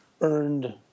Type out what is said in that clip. earned